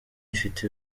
ifite